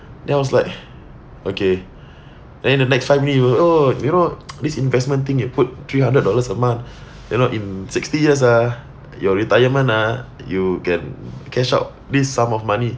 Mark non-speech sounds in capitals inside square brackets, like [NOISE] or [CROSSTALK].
then I was like [BREATH] okay [BREATH] then the next time he go oh you know [NOISE] this investment thing you put three hundred dollars a month [BREATH] you know in sixty years ah your retirement ah you can cash out this sum of money